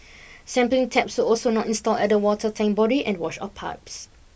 sampling taps also not installed at the water tank body and washout pipes